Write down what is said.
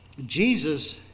Jesus